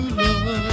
love